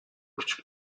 küçük